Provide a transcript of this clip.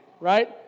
Right